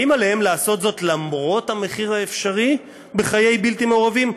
האם עליהם לעשות זאת למרות המחיר האפשרי בחיי בלתי מעורבים,